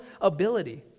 ability